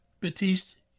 Batiste